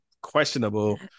questionable